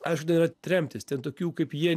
aišku ten yra tremtys ten tokių kaip jie